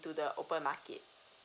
to the open market